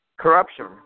corruption